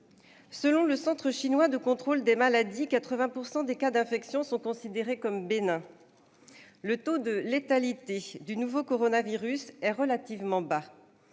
Selon le centre chinois de contrôle des maladies, 80 % des cas d'infection sont considérés comme bénins. Le taux de létalité du nouveau coronavirus est relativement bas